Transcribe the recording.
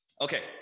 Okay